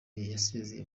yasezeye